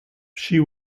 she